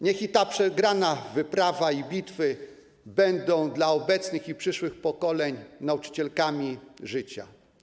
Niech ta przegrana wyprawa i bitwy będą dla obecnych i przyszłych pokoleń nauczycielkami życia.